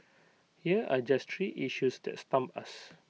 here are just three issues that stump us